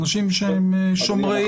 אנשים שהם שומרי